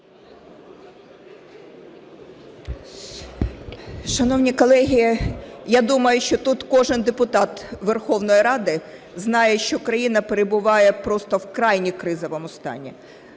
Шановні колеги, я думаю, що тут кожен депутат Верховної Ради знає, що країна перебуває просто в крайнє кризовому стані.